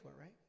right